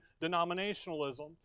denominationalism